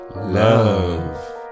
love